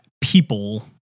people